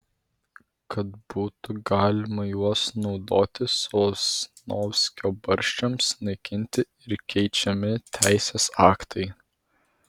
kad būtų galima juos naudoti sosnovskio barščiams naikinti ir keičiami teisės aktai